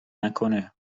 نکنه